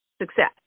success